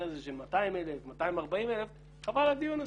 הזה של 240,000-200,000 חבל על הדיון הזה.